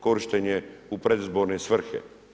Korišten je u predizborne svrhe.